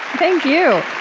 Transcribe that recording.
thank you